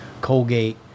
Colgate